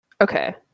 Okay